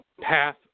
path